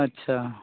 اچھا